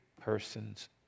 person's